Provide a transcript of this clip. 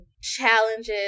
challenges